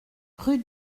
rue